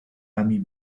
ami